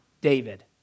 David